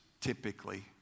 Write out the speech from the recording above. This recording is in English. typically